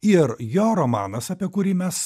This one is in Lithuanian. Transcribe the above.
ir jo romanas apie kurį mes